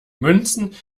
münzen